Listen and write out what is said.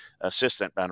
assistant